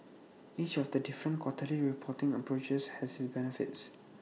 each of the different quarterly reporting approaches has its benefits